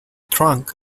trunk